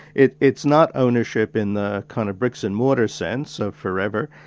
it's it's not ownership in the kind of bricks and mortar sense of forever,